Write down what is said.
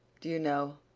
do you know,